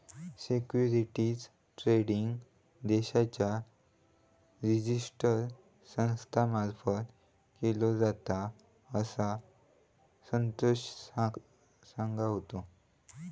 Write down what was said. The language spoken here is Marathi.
सिक्युरिटीज ट्रेडिंग देशाच्या रिजिस्टर संस्था मार्फत केलो जाता, असा संतोष सांगा होतो